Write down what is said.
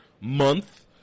month